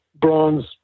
bronze